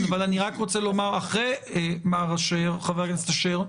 אבל אני רק רוצה לומר: אחרי חבר הכנסת אשר,